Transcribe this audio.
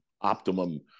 optimum